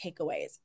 takeaways